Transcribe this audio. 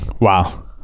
wow